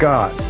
God